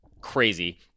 crazy